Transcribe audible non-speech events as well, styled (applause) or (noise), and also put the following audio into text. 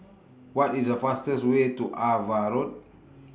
(noise) What IS The fastest Way to AVA Road (noise)